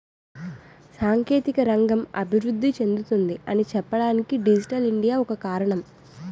సాంకేతిక రంగం అభివృద్ధి చెందుతుంది అని చెప్పడానికి డిజిటల్ ఇండియా ఒక కారణం